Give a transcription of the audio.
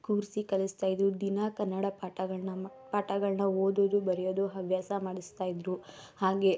ಕೂರಿಸಿ ಕಲಿಸ್ತಾ ಇದ್ದರು ದಿನಾ ಕನ್ನಡ ಪಾಠಗಳನ್ನ ಮಾ ಪಾಠಗಳನ್ನ ಓದೋದು ಬರೆಯೋದು ಹವ್ಯಾಸ ಮಾಡಿಸ್ತಾಯಿದ್ರು ಹಾಗೆಯೇ